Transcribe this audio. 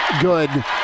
good